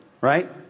Right